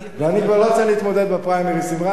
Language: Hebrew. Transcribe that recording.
ואני כבר לא צריך להתמודד בפריימריס עם גאלב,